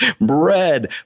bread